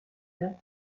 death